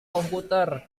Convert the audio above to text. komputer